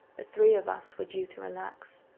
the three of us were due to relax.